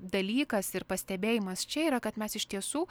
dalykas ir pastebėjimas čia yra kad mes iš tiesų